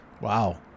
Wow